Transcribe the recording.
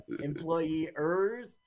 Employers